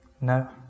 No